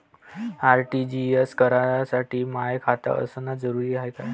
RTGS करासाठी माय खात असनं जरुरीच हाय का?